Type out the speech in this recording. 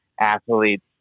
athletes